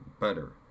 better